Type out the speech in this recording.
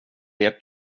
ert